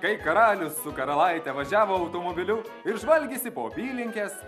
kai karalius su karalaite važiavo automobiliu ir žvalgėsi po apylinkes